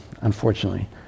unfortunately